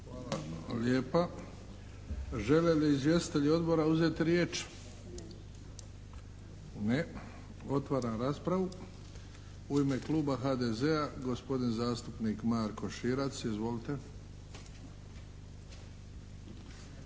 Hvala lijepa. Žele li izvjestitelji odbora uzeti riječ? Ne. Otvaram raspravu. U ime kluba HDZ-a, gospodin zastupnik Marko Širac. Izvolite.